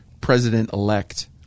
president-elect